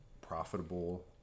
profitable